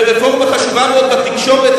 ורפורמה חשובה מאוד בתקשורת,